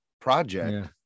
project